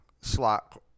slot